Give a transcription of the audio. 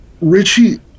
Richie